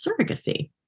surrogacy